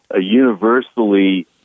universally